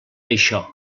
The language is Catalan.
això